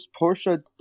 Porsche